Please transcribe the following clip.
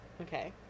Okay